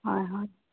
হয় হয়